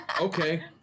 Okay